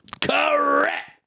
Correct